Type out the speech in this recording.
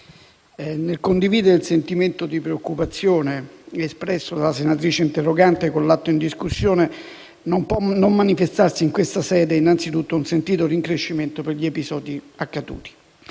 Nel condividere il sentimento di preoccupazione espresso dalla senatrice interrogante con l'atto in discussione, non può non manifestarsi in questa sede un sentito rincrescimento per gli episodi accaduti.